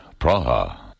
Praha